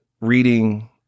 reading